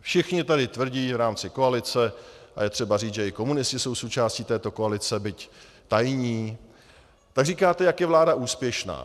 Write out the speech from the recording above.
Všichni tady tvrdí v rámci koalice, a je třeba říct, že i komunisti jsou součástí této koalice, byť tajní, říkáte, jak je vláda úspěšná.